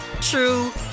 true